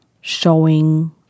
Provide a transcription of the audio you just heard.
showing